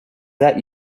that